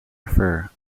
refer